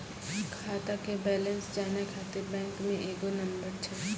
खाता के बैलेंस जानै ख़ातिर बैंक मे एगो नंबर छै?